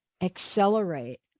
accelerate